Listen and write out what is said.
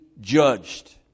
judged